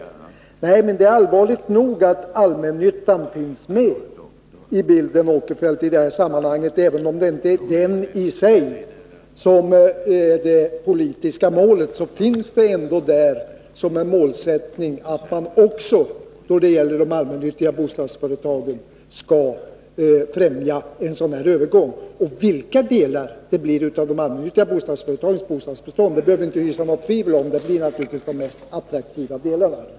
Nej, men Onsdagen den det är allvarligt nog att allmännyttan finns med i bilden i det här 2 juni 1982 sammanhanget. Aven om det inte är den i sig som är det politiska målet, så finns det ändå där som en målsättning att man också då det gäller de allmännyttiga bostadsföretagen skall främja en sådan här övergång. Och vilka delar av de allmännyttiga bostadsföretagens bostadsbestånd det blir behöver vi inte hysa något tvivel om. Det blir naturligtvis de mest attraktiva delarna.